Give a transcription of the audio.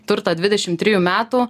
turtą dvidešimt trijų metų